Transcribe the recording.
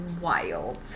wild